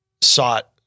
sought